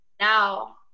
now